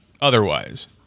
otherwise